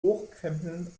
hochkrempeln